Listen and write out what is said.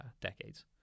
decades